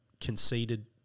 conceded